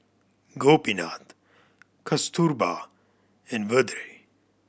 Gopinath Kasturba and Vedre